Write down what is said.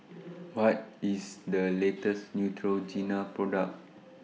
What IS The latest Neutrogena Product